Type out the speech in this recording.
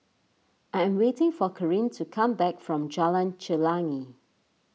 I am waiting for Kareen to come back from Jalan Chelagi